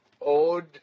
old